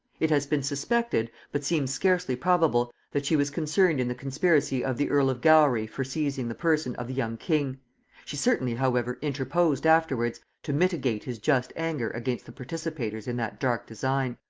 it has been suspected, but seems scarcely probable, that she was concerned in the conspiracy of the earl of gowry for seizing the person of the young king she certainly however interposed afterwards to mitigate his just anger against the participators in that dark design.